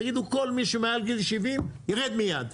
תגידו כל מי שמעל גיל 70 יורד מיד.